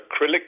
acrylic